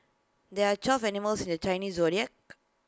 there are twelve animals in the Chinese Zodiac